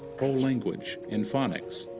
whole language and phonics,